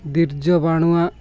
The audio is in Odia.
ଦିର୍ଯ୍ୟ ବାଣୁଆ